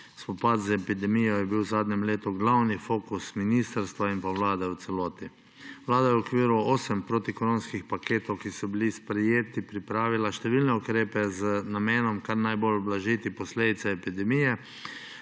Spopad z epidemijo je bil v zadnjem letu glavni fokus ministrstva in vlade v celoti. Vlada je v okviru osmih protikoronskih paketov, ki so bili sprejeti, pripravila številne ukrepe z namenom kar najbolj ublažiti posledice epidemije